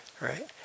right